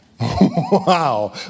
Wow